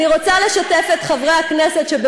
חברי כנסת.